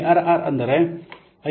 IRR ಅಂದರೆ I